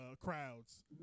crowds